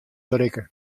berikke